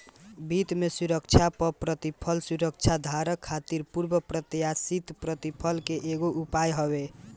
वित्त में सुरक्षा पअ प्रतिफल सुरक्षाधारक खातिर पूर्व प्रत्याशित प्रतिफल के एगो उपाय हवे